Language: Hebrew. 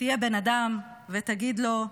תהיה בן אדם, ותגיד לו: